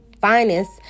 finest